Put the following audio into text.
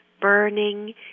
burning